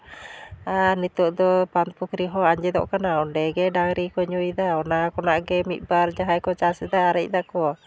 ᱟᱨ ᱱᱤᱛᱳᱜ ᱫᱚ ᱵᱟᱸᱫᱽ ᱯᱩᱠᱷᱨᱤ ᱦᱚᱸ ᱟᱸᱡᱮᱫᱚᱜ ᱠᱟᱱᱟ ᱚᱸᱰᱮ ᱜᱮ ᱰᱟᱝᱨᱤ ᱠᱚ ᱧᱩᱭᱫᱟ ᱚᱱᱟ ᱠᱷᱚᱱᱟᱜ ᱜᱮ ᱢᱤᱫ ᱵᱟᱨ ᱡᱟᱦᱟᱸᱭ ᱠᱚ ᱪᱟᱥᱫᱟ ᱟᱨᱮᱡ ᱫᱟᱠᱚ